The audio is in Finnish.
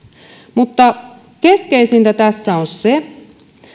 mutta keskeisintä tässä on se